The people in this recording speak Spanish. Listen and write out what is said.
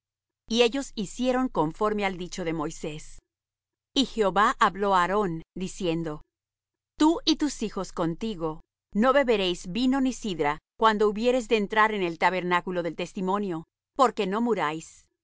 y ellos hicieron conforme al dicho de moisés y jehová habló á aarón diciendo tú y tus hijos contigo no beberéis vino ni sidra cuando hubiereis de entrar en el tabernáculo del testimonio porque no muráis